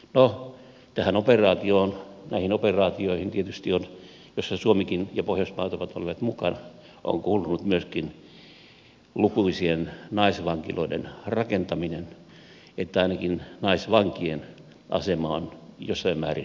no näihin operaatioihin joissa suomikin ja pohjoismaat ovat olleet mukana on tietysti kuulunut myöskin lukuisien naisvankiloiden rakentaminen niin että ainakin naisvankien asema on jossain määrin kohentunut